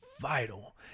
vital